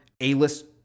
A-list